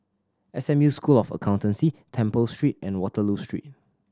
S M U School of Accountancy Temple Street and Waterloo Street